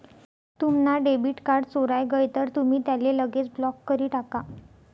तुम्हना debit card चोराय गय तर तुमी त्याले लगेच ब्लॉक करी टाका